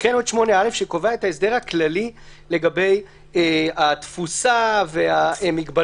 הקראנו את 8(א) שקובע את ההסדר הכללי לגבי התפוסה והמגבלות